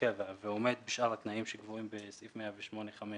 קבע ועומד בשאר התנאים שקבועים בסעיף 108ח(5),